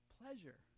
pleasure